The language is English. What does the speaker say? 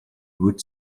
would